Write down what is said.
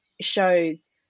shows